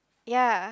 ya